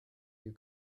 you